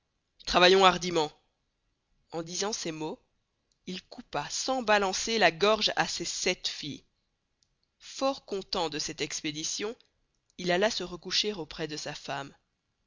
travaillons hardiment en disant ces mots il coupa sans balancer la gorge à ses sept filles fort content de cette expedition il alla se recoucher auprés de sa femme